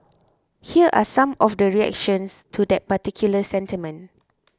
here are some of the reactions to that particular sentiment